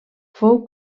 fou